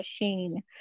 machine